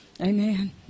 Amen